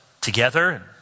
together